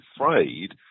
afraid